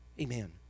Amen